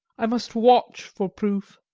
i must watch for proof.